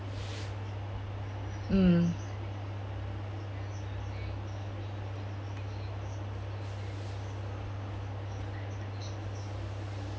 mm